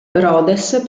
rhodes